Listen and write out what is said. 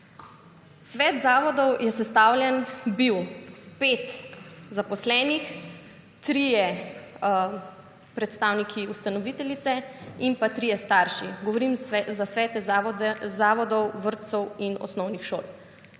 Svet zavodov je sestavljen bil: 5 zaposlenih, 3 predstavniki ustanoviteljice in pa 3 starši. Govorim za Svete zavodov, vrtcev in osnovnih šol.